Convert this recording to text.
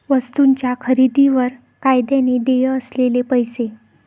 वस्तूंच्या खरेदीवर कायद्याने देय असलेले पैसे